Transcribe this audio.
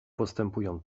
postępują